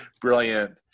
brilliant